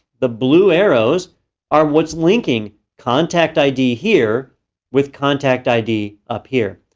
the blue arrows are what's linking contact id here with contact id up here.